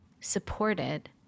supported